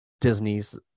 Disney's